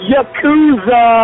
Yakuza